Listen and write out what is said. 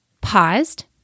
paused